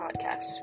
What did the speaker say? podcast